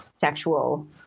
sexual